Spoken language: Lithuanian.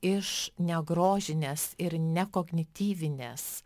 iš negrožinės ir nekognityvinės